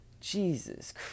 Jesus